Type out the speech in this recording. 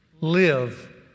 live